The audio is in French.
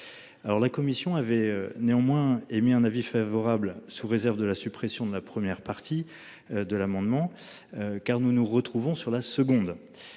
la Commission avait néanmoins émis un avis favorable sous réserve de la suppression de la première partie de l'amendement. Car nous nous retrouvons sur la seconde.